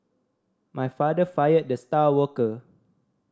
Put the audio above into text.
my father fired the star worker